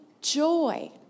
joy